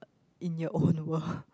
in your own world